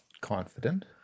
Confident